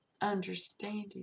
understanding